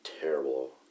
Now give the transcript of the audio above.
terrible